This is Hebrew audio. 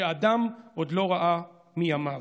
שאדם עוד לא ראה מימיו,